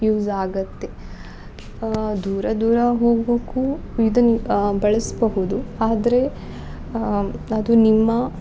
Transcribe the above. use ಆಗುತ್ತೆ ದೂರ ದೂರ ಹೋಗೋಕ್ಕೂ ಇದನ್ನು ಬಳಸಬಹುದು ಆದರೆ ಅದು ನಿಮ್ಮ